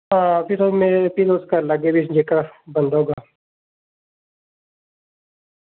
हां फ्ही तुस मेरे फ्ही तुस करी लैगा किश जेह्का बनदा होगा